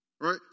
right